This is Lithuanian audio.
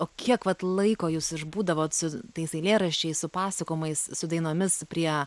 o kiek vat laiko jūs išbūdavot su tais eilėraščiais su pasakojimais su dainomis prie